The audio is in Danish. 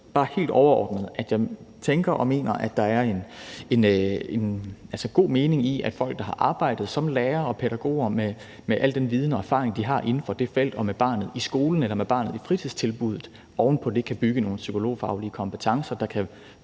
jeg tænker og mener, at der er en god mening i, at folk, der har arbejdet som lærere og pædagoger med al den viden og erfaring, de har inden for det felt og har med barnet i skolen eller med barnet i fritidstilbuddet, oven på det kan bygge nogle psykologfaglige kompetencer, der kan